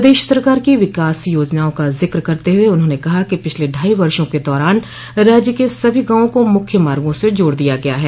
प्रदेश सरकार की विकास योजनाओं का जिक्र करते हए उन्होंने कहा कि पिछले ढाई वर्षो के दौरान राज्य के सभी गांवों को मुख्य मार्गो से जोड़ दिया गया है